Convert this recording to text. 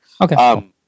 Okay